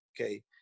Okay